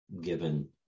given